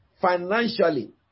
financially